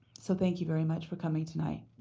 so thank you very much for coming tonight.